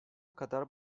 kadar